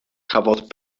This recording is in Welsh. cafodd